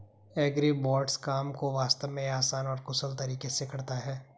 agribots काम को वास्तव में आसान और कुशल तरीके से करता है